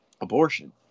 abortion